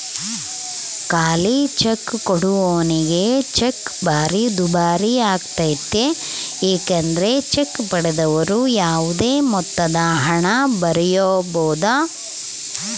ಖಾಲಿಚೆಕ್ ಕೊಡುವವನಿಗೆ ಚೆಕ್ ಭಾರಿ ದುಬಾರಿಯಾಗ್ತತೆ ಏಕೆಂದರೆ ಚೆಕ್ ಪಡೆದವರು ಯಾವುದೇ ಮೊತ್ತದಹಣ ಬರೆಯಬೊದು